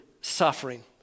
suffering